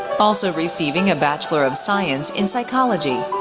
also receiving a bachelor of science in psychology.